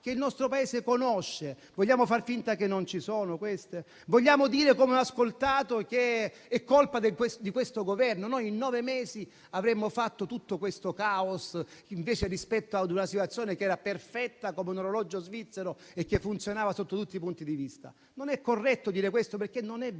che il nostro Paese conosce. Vogliamo far finta che non ci sono? Vogliamo dire, come ho ascoltato, che è colpa del Governo. Noi, in nove mesi, avremmo fatto tutto questo caos rispetto ad una situazione che era perfetta come un orologio svizzero e che funzionava sotto tutti i punti di vista. Non è corretto dire questo perché non è vero